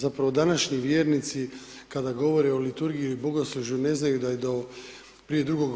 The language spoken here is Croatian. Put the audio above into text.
Zapravo današnji vjernici kada govore o liturgiji i bogoslužju ne znaju da je do prije II.